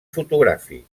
fotogràfic